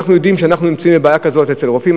אנחנו יודעים שאנחנו נמצאים בבעיה כזאת ברופאים,